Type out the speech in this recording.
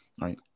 right